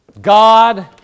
God